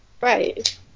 Right